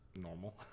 normal